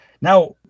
Now